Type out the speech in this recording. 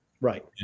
Right